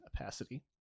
opacity